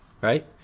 Right